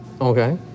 Okay